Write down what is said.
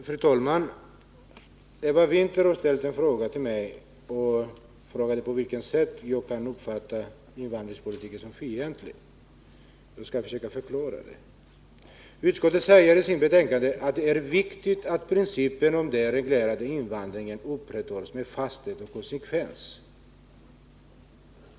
Fru talman! Eva Winther frågade på vilket sätt jag uppfattar invandringspolitiken som fientlig. Jag skall försöka förklara det. Utskottet säger i sitt betänkande att det är viktigt att ”principen om den reglerade invandringen upprätthålls med fasthet och konsekvens”.